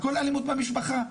כל אלימות במשפחה?